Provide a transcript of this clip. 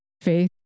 Faith